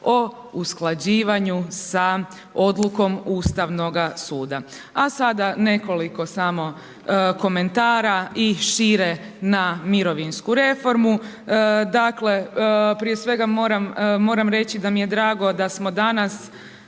o usklađivanju sa odlukom Ustavnoga suda. A sada nekoliko samo komentara i šire na mirovinsku reformu, dakle, prije svega moram reći da mi je drago, da smo danas,